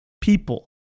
people